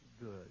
good